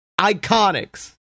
Iconics